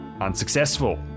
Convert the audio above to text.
unsuccessful